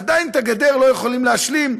עדיין את הגדר לא יכולים להשלים?